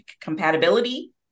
compatibility